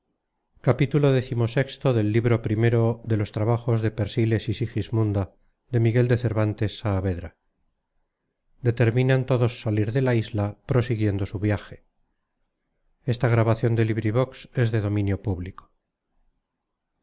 auristela xvi determinan todos salir de la isla prosiguiendo su viaje